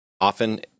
often